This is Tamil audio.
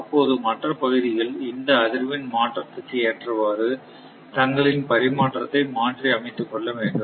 அப்போது மற்ற பகுதிகள் இந்த அதிர்வெண் மாற்றத்துக்கு ஏற்றவாறு தங்களின் பரிமாற்றத்தை மாற்றி அமைத்துக் கொள்ள வேண்டும்